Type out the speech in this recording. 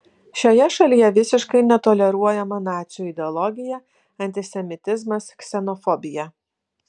šioje šalyje visiškai netoleruojama nacių ideologija antisemitizmas ksenofobija